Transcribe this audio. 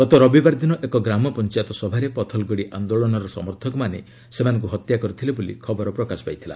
ଗତ ରବିବାର ଦିନ ଏକ ଗ୍ରାମ ପଞ୍ଚାୟତ ସଭାରେ ପଥଲଗଡ଼ି ଆନ୍ଦୋଳନର ସମର୍ଥକମାନେ ସେମାନଙ୍କୁ ହତ୍ୟା କରିଥିଲେ ବୋଲି ଖବର ପ୍ରକାଶ ପାଇଥିଲା